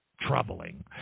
troubling